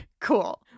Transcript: Cool